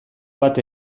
bat